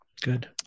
Good